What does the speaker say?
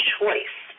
choice